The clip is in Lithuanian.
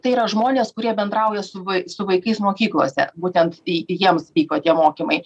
tai yra žmonės kurie bendrauja su su vaikais mokyklose būtent į jiems tie mokymai